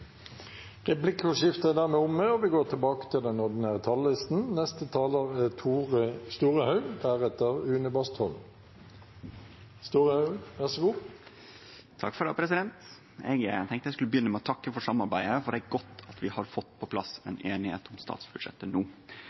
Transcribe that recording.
Replikkordskiftet er dermed omme. Eg tenkte eg skulle begynne med å takke for samarbeidet og for at vi har fått på plass ei semje om statsbudsjettet.